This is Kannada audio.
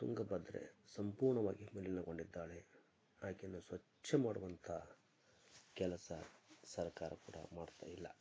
ತುಂಗಭದ್ರೆ ಸಂಪೂರ್ಣವಾಗಿ ಮಲಿನಗೊಂಡಿದ್ದಾಳೆ ಆಕೆನ ಸ್ವಚ್ಛ ಮಾಡುವಂಥ ಕೆಲಸ ಸರ್ಕಾರ ಕೂಡ ಮಾಡ್ತಾ ಇಲ್ಲ